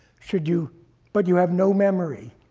should you but you have no memory.